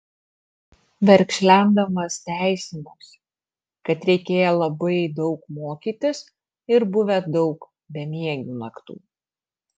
verkšlendamas teisinausi kad reikėję labai daug mokytis ir buvę daug bemiegių naktų